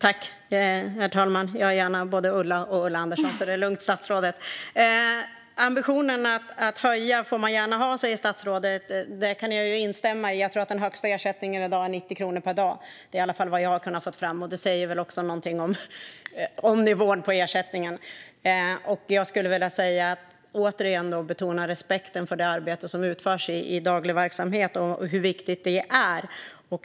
Herr talman! Ambitionen att höja får man gärna ha, säger statsrådet. Det kan jag instämma i. Jag tror att den högsta ersättningen i dag är 90 kronor per dag. Det är i alla fall vad jag har kunnat få fram. Det säger väl också någonting om nivån på ersättningen. Jag vill återigen betona respekten för det arbete som utförs i daglig verksamhet och hur viktigt det är.